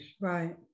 right